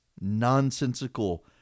nonsensical